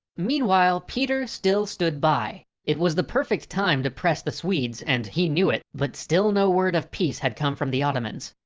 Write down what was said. meanwhile peter still stood by. it was the perfect time to press the swedes and he knew it. but still no word of peace had come from the ottomans.